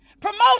Promotion